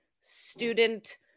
student